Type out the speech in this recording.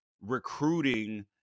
recruiting